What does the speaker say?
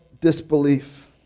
disbelief